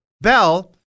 Bell